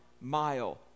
mile